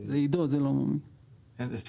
אני